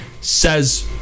says